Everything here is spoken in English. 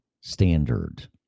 standard